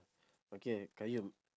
okay qayyum